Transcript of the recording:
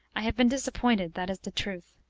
i have been disappointed, that is the truth.